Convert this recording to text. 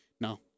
No